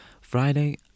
Friday